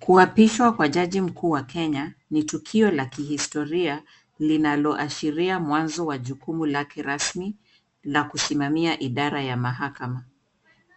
Kuapishwa kwa jaji mkuu wa Kenya ni tukio la kihistoria, linaloashiria mwazo la jukumu lake rasmi ya kisimamia idara ya mahakama.